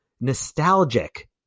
nostalgic